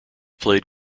played